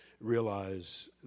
realize